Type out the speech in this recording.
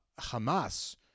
Hamas